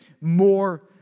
more